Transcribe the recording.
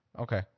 Okay